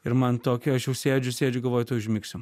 ir man tokia aš jau sėdžiu sėdžiu galvoju tuoj užmigsiu